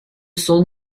son